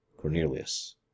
Cornelius